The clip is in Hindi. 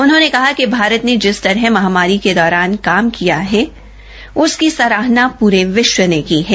उन्होंने कहा कि भारत ने जिस तरह महामारी के दौरान काम किया है उसकी तारीफ पूरी दुनिया ने की है